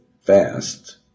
fast